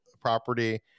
property